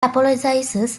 apologizes